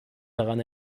daran